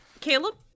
Caleb